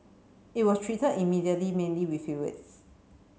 it was treated immediately mainly with fluids